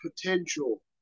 potential